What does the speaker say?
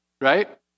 Right